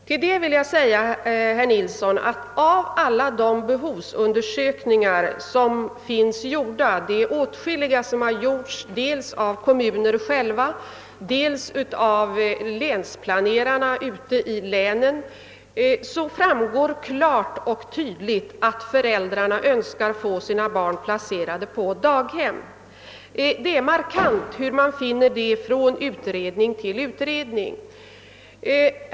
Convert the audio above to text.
Till det vill jag säga att det av alla de behovsundersökningar som gjorts, och det är åtskilliga — de har gjorts dels av kommunerna själva, dels av länsplanerarna ute i länen — klart och tydligt framgått att föräldrarna önskar få sina barn placerade på barnstugor. Det är markant att utredning efter utredning kommit till detta resultat.